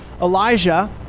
Elijah